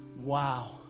Wow